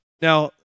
Now